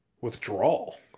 withdrawal